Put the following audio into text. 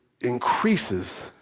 increases